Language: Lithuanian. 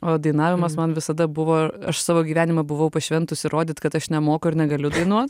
o dainavimas man visada buvo aš savo gyvenimą buvau pašventusi rodyt kad aš nemoku ir negaliu dainuot